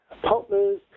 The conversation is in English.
partners